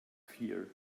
fear